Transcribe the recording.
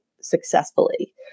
successfully